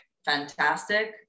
fantastic